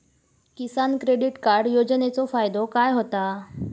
किसान credit card योजनेचो फायदो काय होता?